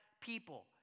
people